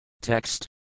Text